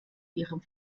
ihrem